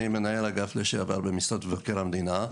אני מנהל אגף לשעבר במשרד מבקר המדינה.